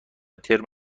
ترم